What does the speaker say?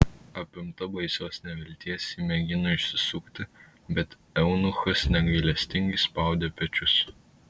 apimta baisios nevilties ji mėgino išsisukti bet eunuchas negailestingai spaudė pečius